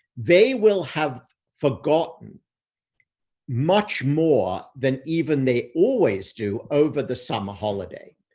they will have forgotten much more than even they always do over the summer holiday.